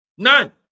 None